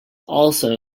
also